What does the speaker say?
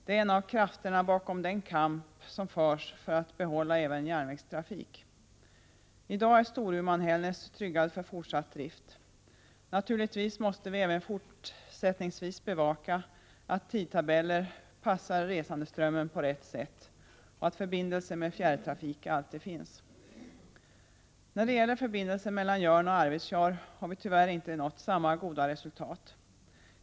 Det är en av krafterna bakom den kamp som förs för att behålla även järnvägstrafik. I dag är linjen Storuman-Hällnäs tryggad för fortsatt drift. Naturligtvis måste vi även fortsättningsvis bevaka att tidtabellerna passar resandeströmmen på rätt sätt och att förbindelse med fjärrtrafik alltid finns. När det gäller sträckan Jörn-Arvidsjaur har vi tyvärr inte nått samma goda resultat.